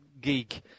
geek